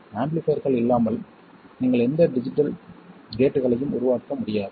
ஆம்பிளிஃபைர்கள் இல்லாமல் நீங்கள் எந்த டிஜிட்டல் கேட்களையும் உருவாக்க முடியாது